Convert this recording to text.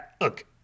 Look